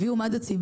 הביאו מד דציבלים